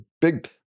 big